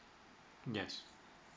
yes